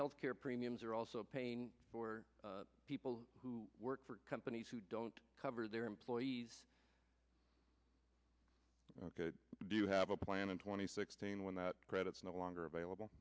health care premiums are also paying for people who work for companies who don't cover their employees do you have a plan in twenty sixteen when the credits no longer available